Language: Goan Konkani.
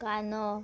कांदो